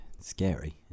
Scary